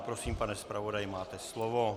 Prosím, pane zpravodaji, máte slovo.